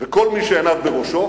וכל מי שעיניו בראשו,